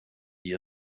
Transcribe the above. die